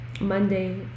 Monday